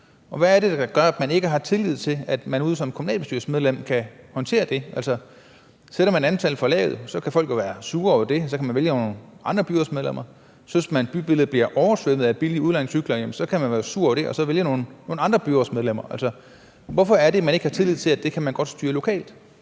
Hvad er det, der gør, at man ikke har tillid til, at de som kommunalbestyrelsesmedlemmer kan håndtere det? Sætter de antallet for lavt, kan folk jo være sure over det, og så kan de vælge nogle andre byrådsmedlemmer. Synes de, at bybilledet bliver oversvømmet af billige udlejningscykler, ja, så kan de være sure over det og så vælge nogle andre byrådsmedlemmer. Hvorfor er det, at man ikke har tillid til, at de godt kan styre det lokalt?